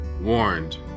warned